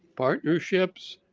partnerships,